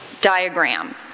diagram